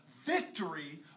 victory